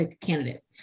candidate